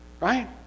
right